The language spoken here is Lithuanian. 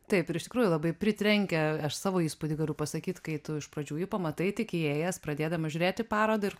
taip ir iš tikrųjų labai pritrenkia savo įspūdį galiu pasakyt kai tu iš pradžių jį pamatai tik įėjęs pradėdamas žiūrėti parodą ir